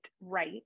right